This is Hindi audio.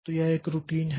तो यह एक रूटीन है